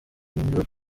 munyururu